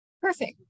Perfect